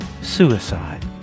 suicide